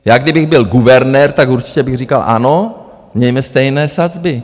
Já kdybych byl guvernér, tak určitě bych říkal ano, mějme stejné sazby.